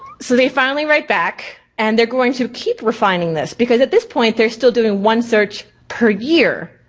so they finally write back and they're going to keep refining this, because at this point, they're still doing one search per year.